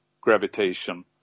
gravitation